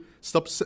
Stop